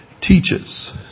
teaches